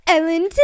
Ellen